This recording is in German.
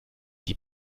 die